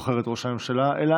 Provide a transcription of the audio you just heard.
שלא הציבור בוחר את ראש הממשלה אלא